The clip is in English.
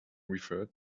referred